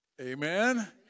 Amen